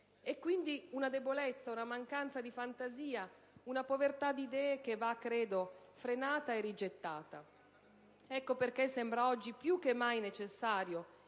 È quindi una debolezza, una mancanza di fantasia, una povertà di idee che credo vada frenata e rigettata. Ecco perché oggi sembra più che mai necessario